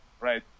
right